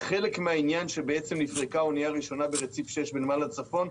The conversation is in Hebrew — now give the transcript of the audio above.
חלק מהעניין שבעצם נפרקה אנייה ראשונה ברציף שש בנמל הצפון,